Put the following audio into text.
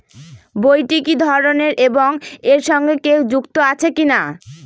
বইটি কি ধরনের এবং এর সঙ্গে কেউ যুক্ত আছে কিনা?